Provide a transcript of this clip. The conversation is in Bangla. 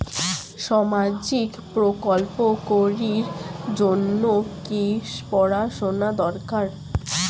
সামাজিক প্রকল্প করির জন্যে কি পড়াশুনা দরকার?